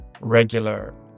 regular